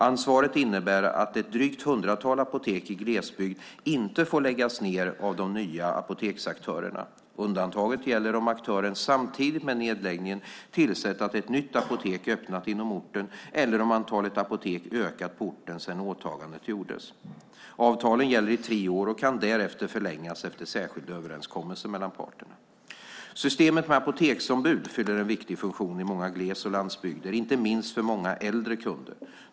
Ansvaret innebär att ett drygt hundratal apotek i glesbygd inte får läggas ned av de nya apoteksaktörerna. Undantag gäller om aktören samtidigt med nedläggningen tillsett att ett nytt apotek öppnat inom orten eller om antalet apotek ökat på orten sedan åtagandet gjordes. Avtalen gäller i tre år och kan därefter förlängas efter särskild överenskommelse mellan parterna. Systemet med apoteksombud fyller en viktig funktion i många gles och landsbygder, inte minst för många äldre kunder.